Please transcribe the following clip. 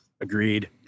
Agreed